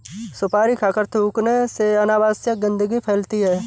सुपारी खाकर थूखने से अनावश्यक गंदगी फैलती है